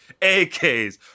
AKs